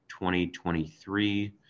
2023